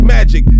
Magic